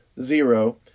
zero